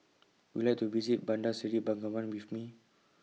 Would YOU like to visit Bandar Seri Begawan with Me